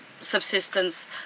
subsistence